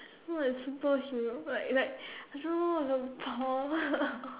not a superhero like like I don't know the power